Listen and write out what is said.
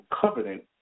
covenant